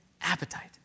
appetite